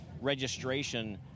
registration